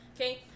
okay